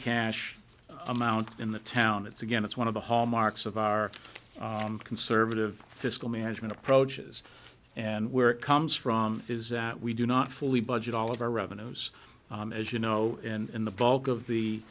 cash amount in the town it's again it's one of the hallmarks of our conservative fiscal management approaches and where it comes from is that we do not fully budget all of our revenues as you know and the bulk of the